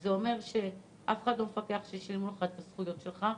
זה אומר שאף אחד לא מפקח ששילמו לך את הזכויות שלך,